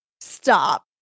Stop